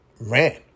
ran